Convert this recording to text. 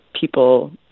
people